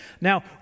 Now